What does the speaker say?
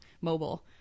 mobile